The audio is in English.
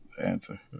answer